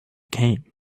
came